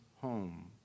home